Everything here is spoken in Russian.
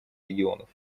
регионов